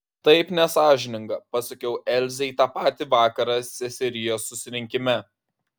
taip nesąžininga pasakiau elzei tą patį vakarą seserijos susirinkime